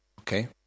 okay